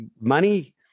money